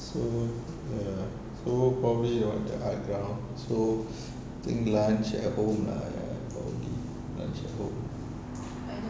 so ya so probably what the art ground so think lunch at home lah ya probably lunch at home